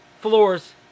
floors